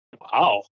Wow